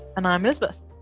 and i'm elizabeth.